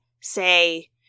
say